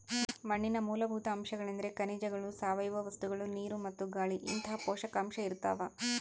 ಮಣ್ಣಿನ ಮೂಲಭೂತ ಅಂಶಗಳೆಂದ್ರೆ ಖನಿಜಗಳು ಸಾವಯವ ವಸ್ತುಗಳು ನೀರು ಮತ್ತು ಗಾಳಿಇಂತಹ ಪೋಷಕಾಂಶ ಇರ್ತಾವ